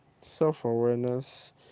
self-awareness